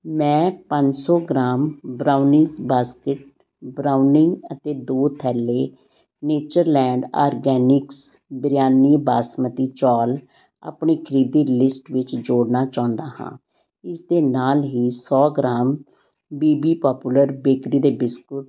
ਮੈਂ ਪੰਜ ਸੌ ਗ੍ਰਾਮ ਬ੍ਰਾਊਨਿਜ਼ ਬਾਸਕਿਟ ਬਰਾਊਨੀ ਅਤੇ ਦੋ ਥੈਲੇ ਨੇਚਰਲੈਂਡ ਆਰਗੈਨਿਕਸ ਬਿਰਯਾਨੀ ਬਾਸਮਤੀ ਚੌਲ ਅਪਣੀ ਖਰੀਦੀ ਲਿਸਟ ਵਿੱਚ ਜੋੜਨਾ ਚਾਹੁੰਦਾ ਹਾਂ ਇਸ ਦੇ ਨਾਲ ਹੀ ਸੌ gram B B popular bakery ਦੇ ਬਿਸਕੁਟ